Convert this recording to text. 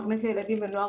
תוכנית לילדים ונוער